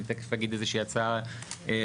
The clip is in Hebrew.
אני תכף אגיד איזושהי הצעה ראשונית,